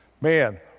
Man